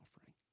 offering